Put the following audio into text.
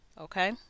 Okay